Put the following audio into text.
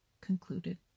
concluded